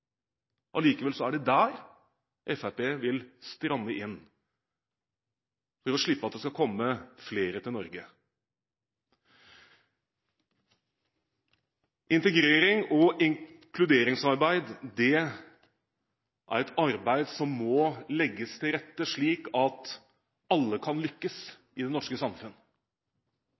Allikevel er det der Fremskrittspartiet vil stramme inn, for å slippe at det skal komme flere til Norge. Integrerings- og inkluderingsarbeid er et arbeid som må legges til rette slik at alle kan lykkes i det norske